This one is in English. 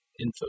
Info